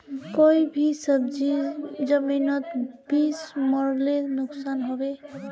कोई भी सब्जी जमिनोत बीस मरले नुकसान होबे?